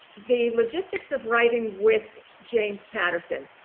the logistics of writing with james patterson,